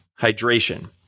hydration